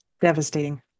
Devastating